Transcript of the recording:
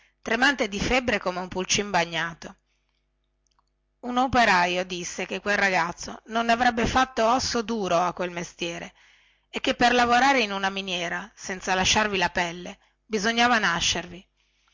tremante di febbre come un pulcin bagnato un operaio disse che quel ragazzo non ne avrebbe fatto osso duro a quel mestiere e che per lavorare in una miniera senza lasciarvi la pelle bisognava nascervi